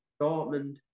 Dortmund